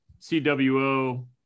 CWO